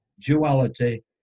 duality